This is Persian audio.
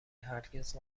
هرگز